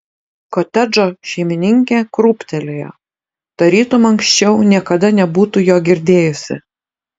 kotedžo šeimininkė krūptelėjo tarytum anksčiau niekada nebūtų jo girdėjusi